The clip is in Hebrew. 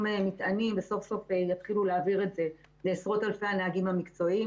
מטענים וסוף סוף יתחילו להעביר את זה לעשרות אלפי הנהגים המקצועיים.